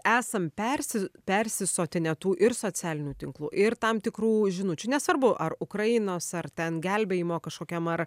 esam persi persisotinę tų ir socialinių tinklų ir tam tikrų žinučių nesvarbu ar ukrainos ar ten gelbėjimo kažkokiam ar